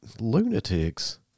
lunatics